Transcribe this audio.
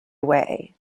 way